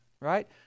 right